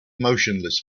motionless